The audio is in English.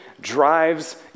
drives